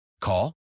Call